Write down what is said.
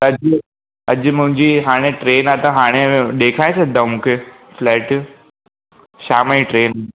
अॼु अॼु मुंहिंजी हाणे ट्रेन आहे त हाणे ॾेखारे छॾदव मूंखे फ्लैट शाम जी ट्रेन